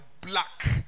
black